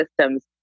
systems